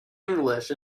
english